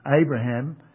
Abraham